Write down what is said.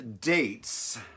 dates